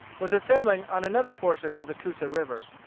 was assembling on another portion of the coosa river.